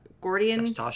Gordian